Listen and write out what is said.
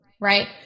right